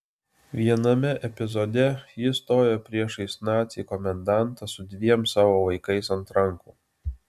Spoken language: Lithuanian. viename epizode ji stoja priešais nacį komendantą su dviem savo vaikais ant rankų